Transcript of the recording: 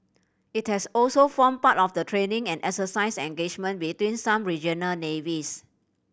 it has also formed part of the training and exercise engagement between some regional navies